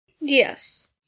Yes